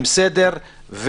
עם סדר,